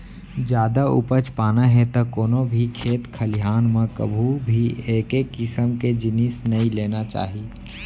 जादा उपज पाना हे त कोनो भी खेत खलिहान म कभू भी एके किसम के जिनिस नइ लेना चाही